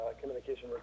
communication